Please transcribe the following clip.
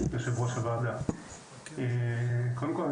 קודם כל,